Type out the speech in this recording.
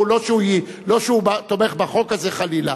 לא שהוא תומך בחוק הזה, חלילה.